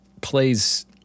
plays